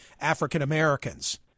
African-Americans